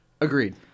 Agreed